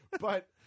but-